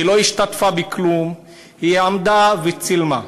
היא לא השתתפה בכלום, היא עמדה וצילמה.